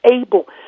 able